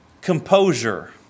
composure